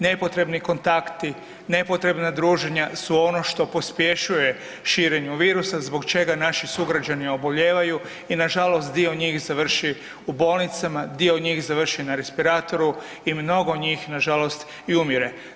Nepotrebni kontakti, nepotrebna druženja su ono što pospješuje širenju virusa zbog čega naši sugrađani obolijevaju i nažalost dio njih završi u bolnicama, dio njih završi na respiratoru i mnogo njih, nažalost i umire.